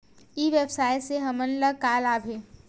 ई व्यवसाय से हमन ला का लाभ हे?